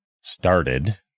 started